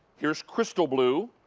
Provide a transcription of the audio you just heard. here's crystal blue.